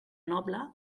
noble